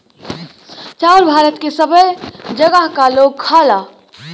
चाउर भारत के सबै जगह क लोग खाला